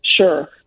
sure